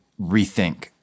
rethink